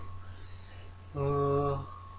err